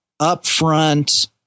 upfront